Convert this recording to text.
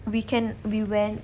weekend we went